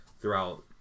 throughout